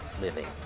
living